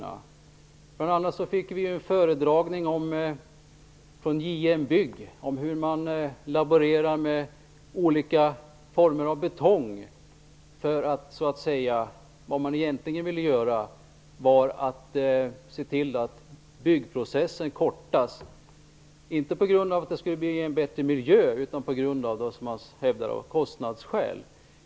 Vi fick bl.a. en föredragning från JM Bygg om hur man laborerar med olika former av betong i syfte att förkorta byggprocessen, inte på grund av att miljön skulle bli bättre utan på grund av kostnadsskäl.